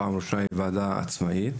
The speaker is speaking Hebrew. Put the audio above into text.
פעם ראשונה היא ועדה עצמאית.